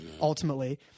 ultimately